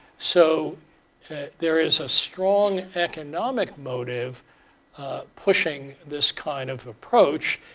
so there is a strong economic motive pushing this kind of approach.